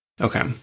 Okay